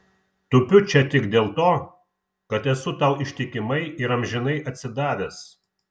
tupiu čia tik dėl to kad esu tau ištikimai ir amžinai atsidavęs